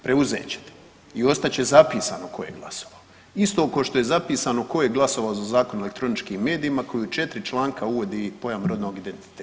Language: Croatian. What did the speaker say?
Preuzet ćete i ostat će zapisano tko je glasovao, isto kao što je zapisano tko je glasovao za Zakon o elektroničkim medijima koji u 4 članka uvodi pojam rodnog identiteta.